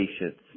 patience